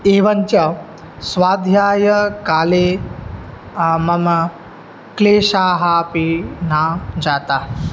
एवञ्च स्वाध्यायकाले मम क्लेषाः अपि न जाताः